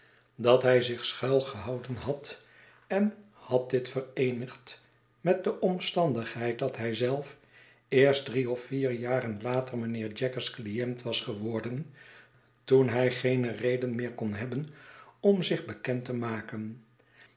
dat hij zich schuilgehouden had en had dit vereenigd met de omstandigheid dat hij zelf eerst drie of vierjaren later mijnheer jaggers client was geworden toen hij geene reden meer kon hebben om zich bekerid te maken